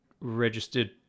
registered